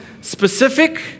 specific